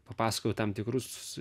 papasakojau tam tikrus